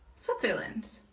switzerland.